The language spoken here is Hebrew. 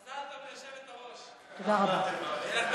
מזל טוב ליושבת-ראש, שיהיה לך בהצלחה,